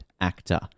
actor